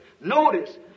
Notice